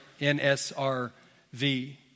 NSRV